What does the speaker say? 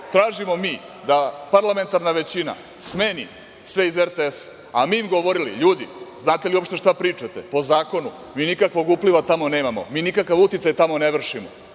tražimo mi da parlamentarna većina smeni sve iz RTS, a mi im govorili – ljudi, da li znate uopšte šta pričate? Po zakonu mi nikakvog upliva tamo nemamo, mi nikakav uticaj ne vršimo.